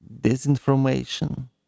disinformation